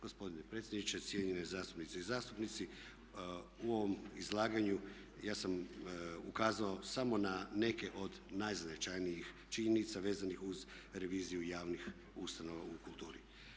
Gospodine predsjedniče, cijenjene zastupnice i zastupnici, u ovom izlaganju ja sam ukazao samo na neke od najznačajnijih činjenica vezanih uz reviziju javnih ustanova u kulturi.